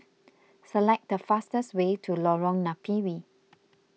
select the fastest way to Lorong Napiri